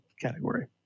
category